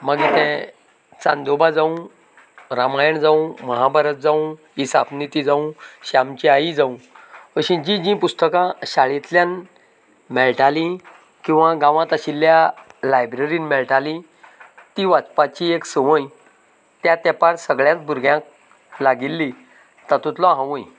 मागीर तें चांदोबा जावं रामायण जावं माहाभारत जावं हिसाब निती जावं श्यामची आई जावं अशी जी जी पुस्तकां शाळेंतल्यान मेळटाली किंवा गांवांत आशिल्ल्या लायब्ररीन मेळटाली तीं वाचपाची एक संवय त्या तेंपार सगळ्याच भुरग्यांक लागिल्ली तातूंतलो हांवूय